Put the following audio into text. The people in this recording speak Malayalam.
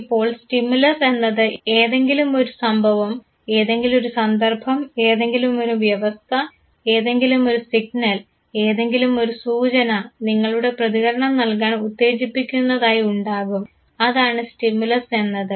ഇപ്പോൾ സ്റ്റിമുലസ് എന്നത് ഏതെങ്കിലുമൊരു സംഭവം ഏതെങ്കിലുമൊരു സന്ദർഭം ഏതെങ്കിലുമൊരു വ്യവസ്ഥ ഏതെങ്കിലുമൊരു സിഗ്നൽ ഏതെങ്കിലുമൊരു സൂചന നിങ്ങളെ പ്രതികരണം നൽകാൻ ഉത്തേജിപ്പിക്കുന്നതായി ഉണ്ടാകും അതാണ് സ്റ്റിമുലസ് എന്നത്